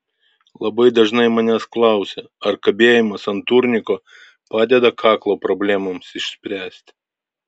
labai dažnai manęs klausia ar kabėjimas ant turniko padeda kaklo problemoms išspręsti